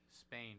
Spain